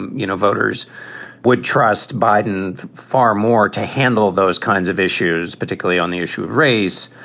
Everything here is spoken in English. you know, voters would trust biden far more to handle those kinds of issues, particularly on the issue of race.